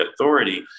authority